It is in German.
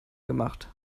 gemacht